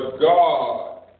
God